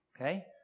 okay